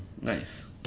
nice